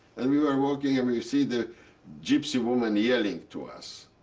and we were walking, and we see the gypsy women yelling to us.